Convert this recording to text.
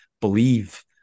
believe